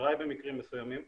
אשראי במקרים מסוימים,